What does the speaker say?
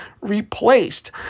replaced